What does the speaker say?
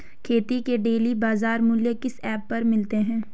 खेती के डेली बाज़ार मूल्य किस ऐप पर मिलते हैं?